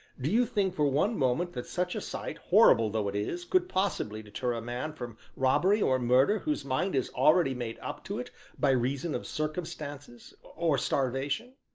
do you think for one moment that such a sight, horrible though it is, could possibly deter a man from robbery or murder whose mind is already made up to it by reason of circumstances or starvation?